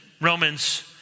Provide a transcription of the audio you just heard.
Romans